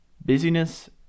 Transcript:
busyness